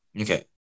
Okay